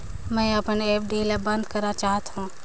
मैं अपन एफ.डी ल बंद करा चाहत हों